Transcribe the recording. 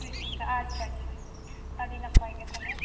district ᱨᱮ ᱟᱪᱪᱷᱟ ᱟᱪᱪᱷᱟ ᱟᱹᱰᱤ ᱱᱟᱯᱟᱭ ᱜᱮ ᱛᱟᱦᱚᱞᱮ